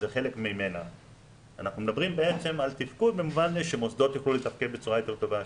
אנחנו מדברים על תפקוד של מוסדות שיוכלו לתפקד בצורה יותר טובה,